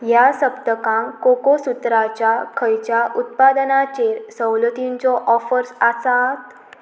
ह्या सप्तकांक कोकोसूत्राच्या खंयच्या उत्पादनाचेर सवलतींच्यो ऑफर्स आसात